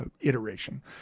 iteration